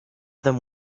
them